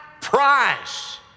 price